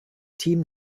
team